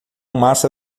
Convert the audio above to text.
massa